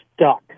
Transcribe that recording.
stuck